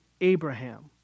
Abraham